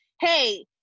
hey